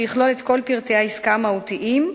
שיכלול את כל פרטי העסקה המהותיים,